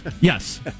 Yes